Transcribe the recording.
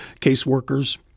caseworkers